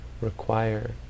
require